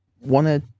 wanted